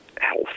health